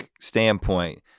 standpoint